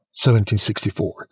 1764